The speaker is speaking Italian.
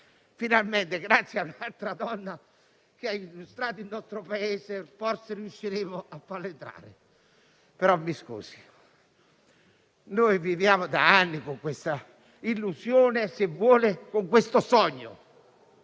finalmente, grazie a un'altra donna che ha illustrato il nostro Paese, forse riusciremo a farlo entrare in vigore. Se però viviamo da anni con questa illusione e - se vuole - con un tale sogno,